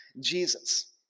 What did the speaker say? Jesus